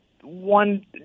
One